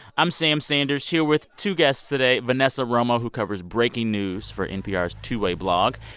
i'm sam sanders here with two guests today, vanessa romo, who covers breaking news for npr's two-way blog,